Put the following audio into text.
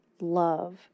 love